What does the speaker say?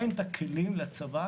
אין את הכלים לצבא